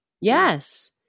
yes